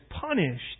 punished